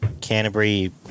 Canterbury